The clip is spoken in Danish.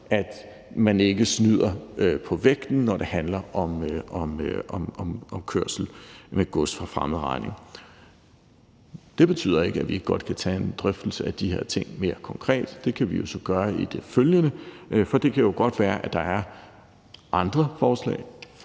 at man ikke snyder på vægten, når det handler om kørsel med gods for fremmed regning. Det betyder ikke, at vi ikke godt kan tage en drøftelse af de her ting mere konkret. Det kan vi jo så gøre i det følgende, for det kan jo godt være, at der er andre forslag fra